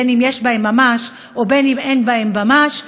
בין שיש בהם ממש ובין שאין בהם ממש?